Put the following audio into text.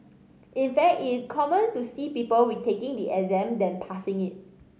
in fact it is common to see people retaking the exam than passing it